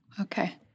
Okay